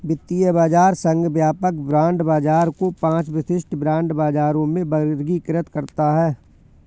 वित्तीय बाजार संघ व्यापक बांड बाजार को पांच विशिष्ट बांड बाजारों में वर्गीकृत करता है